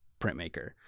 printmaker